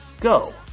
go